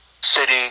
city